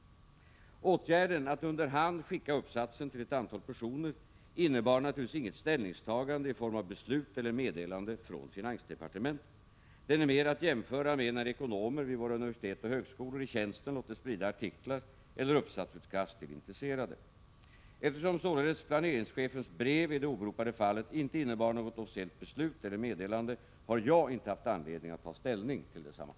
Åtgärden att under hand skicka uppsatsen till ett antal personer innebar naturligtvis inget ställningstagande, i form av beslut eller meddelande, från finansdepartementet. Den är mer att jämföra med när ekonomer vid våra universitet och högskolor i tjänsten låter sprida artiklar eller uppsatsutkast till intresserade. Eftersom således planeringschefens brev i det åberopade fallet inte innebar något officiellt beslut eller meddelande har jag inte haft anledning att ta ställning till detsamma.